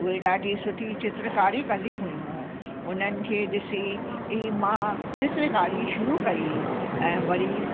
उहे ॾाढी सुठी चित्रकारी कंदी हुयूं उन्हनि खे ॾिसी ई मां चित्रकारी शुरू कई ऐं वरी